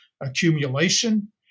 accumulation